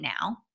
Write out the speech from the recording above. now